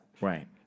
Right